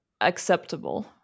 acceptable